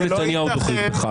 או נתניהו דוחק בך.